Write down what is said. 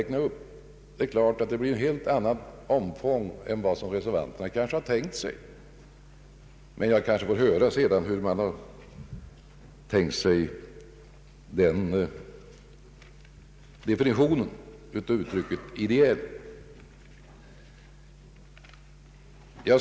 Omfattningen av begreppet ideella samfund blir nog större än reservanterna har tänkt sig. Men jag får kanske senare höra en definition av uttrycket ”ideell”.